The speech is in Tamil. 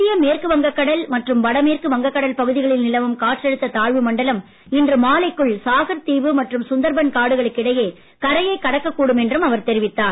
மத்திய மேற்கு வங்க கடல் மற்றும் வடமேற்கு வங்க கடல் பகுதிகளில் நிலவும் காற்றழுத்த தாழ்வு மண்டலம் இன்று மாலைக்குள் சாகர் தீவு மற்றும் சுந்தர்பன் காடுகளுக்கு இடையே கரையை கடக்க கூடும் என்றும் அவர் தெரிவித்தார்